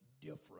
different